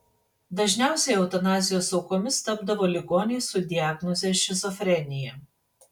dažniausiai eutanazijos aukomis tapdavo ligoniai su diagnoze šizofrenija